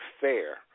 fair